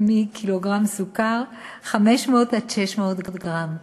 מקילוגרם סוכר, 500 עד 600 גרם.